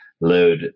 load